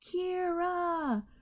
Kira